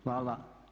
Hvala.